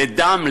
לדם,